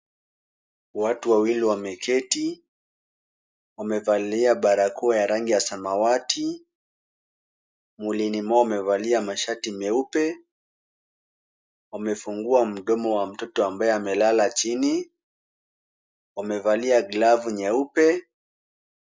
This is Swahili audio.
Watu wawili wameketi. Wamevalia barakoa ya rangi ya samawati. Mwilini mwao wamevalia mashati meupe. Wamefungua mdomo wa mtoto ambaye amelala chini. Wamevalia glavu nyeupe.